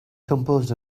composed